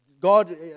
God